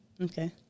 Okay